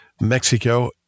Mexico